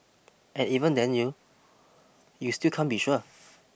and even then you you still can't be sure